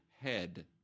Head